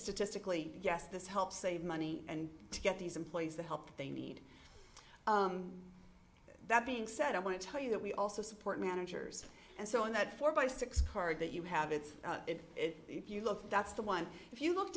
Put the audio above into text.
statistically yes this helps save money and to get these employees the help they need that being said i want to tell you that we also support managers and so in that four by six card that you have it's if you look that's the one if you look